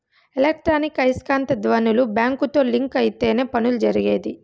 electronic ఐస్కాంత ధ్వనులు బ్యాంకుతో లింక్ అయితేనే పనులు జరిగేది